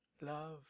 love